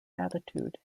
attitude